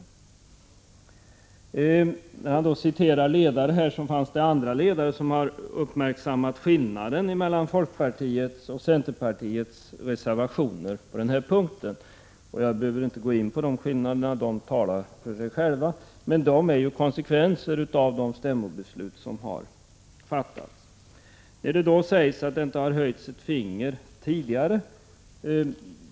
Olle Svensson citerade tidningsledare, och jag vill peka på att andra tidningsledare uppmärksammat skillnaden mellan folkpartiets och centerns reservationer på den här punkten. Jag behöver inte gå in på dessa skillnader, eftersom reservationerna talar för sig själva. Men skillnaderna är konsekvenser av de stämmobeslut som har fattats. Det talades också om att det inte höjts något pekfinger tidigare.